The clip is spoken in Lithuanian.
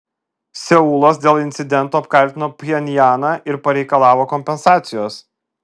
seulas dėl incidento apkaltino pchenjaną ir pareikalavo kompensacijos